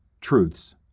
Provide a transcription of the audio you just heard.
truths